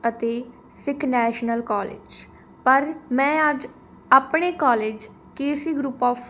ਅਤੇ Sikh National College ਪਰ ਮੈਂ ਅੱਜ ਆਪਣੇ ਕੋਲਜ ਕੇ ਸੀ ਗਰੁੱਪ ਔਫ